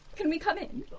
can we come in?